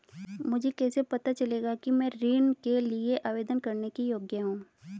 मुझे कैसे पता चलेगा कि मैं ऋण के लिए आवेदन करने के योग्य हूँ?